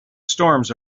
storms